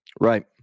right